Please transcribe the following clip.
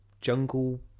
Jungle